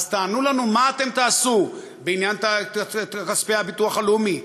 אז תענו לנו מה אתם תעשו בעניין כספי הביטוח הלאומי,